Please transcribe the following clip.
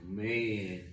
man